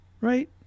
Right